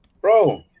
Bro